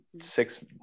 six